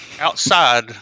outside